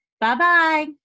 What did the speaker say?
Bye-bye